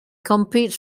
competes